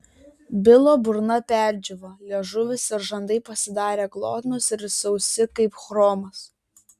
bilo burna perdžiūvo liežuvis ir žandai pasidarė glotnūs ir sausi kaip chromas